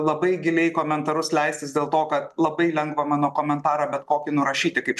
labai giliai komentarus leistis dėl to kad labai lengva mano komentarą bet kokį nurašyti kaip